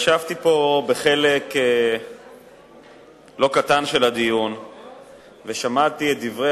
ישבתי פה בחלק לא קטן של הדיון ושמעתי את דברי